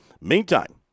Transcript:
Meantime